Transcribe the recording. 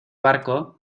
barco